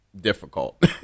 difficult